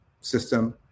system